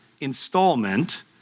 installment